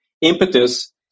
impetus